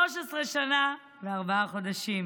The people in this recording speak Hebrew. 13 שנה וארבעה חודשים,